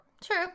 True